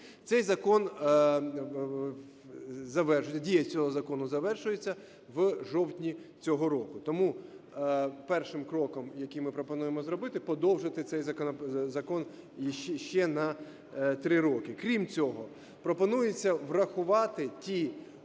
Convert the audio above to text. Дія цього закону завершується в жовтні цього року, тому першим кроком, який ми пропонуємо зробити, подовжити цей закон ще на 3 роки. Крім цього, пропонується врахувати ті